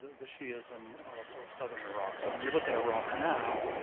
the shiism of of southern iraq. so, when we look at iraq now,